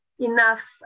enough